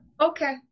Okay